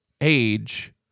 Age